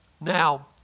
Now